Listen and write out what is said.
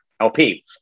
LP